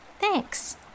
Thanks